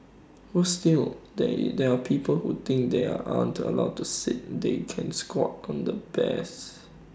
worse still they there are people who think they are aren't allowed to sit they can squat on the bears